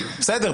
בסדר,